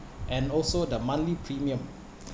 and also the monthly premium